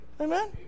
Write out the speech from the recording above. Amen